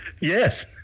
Yes